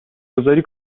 گذاری